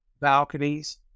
balconies